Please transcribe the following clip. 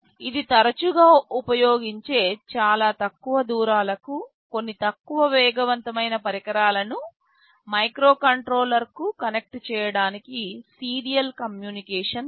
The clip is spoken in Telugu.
ఇది తరచుగా ఉపయోగించే చాలా తక్కువ దూరాలకు కొన్ని తక్కువ వేగవంతమైన పరికరాలను మైక్రోకంట్రోలర్కు కనెక్ట్ చేయడానికి సీరియల్ కమ్యూనికేషన్ బస్సు